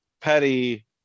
Petty